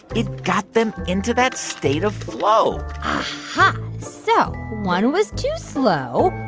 it got them into that state of flow aha so one was too slow,